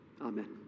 Amen